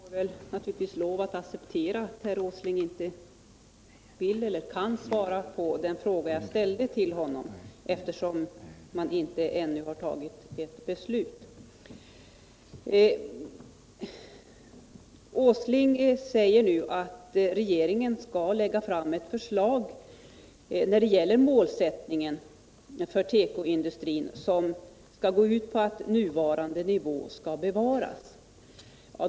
Herr talman! Det är klart att jag får lov att acceptera att herr Åsling inte vill eller kan svara på den fråga jag ställde till honom, eftersom man ännu inte har tagit ett beslut. Herr Åsling säger nu att regeringen när det gäller målsättningen för tekoindustrin skall lägga fram ett förslag som skall gå ut på att nuvarande nivå skall bevaras.